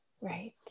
right